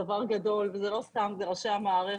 זה דבר גדול, וזה לא סתם, זה ראשי המערכת.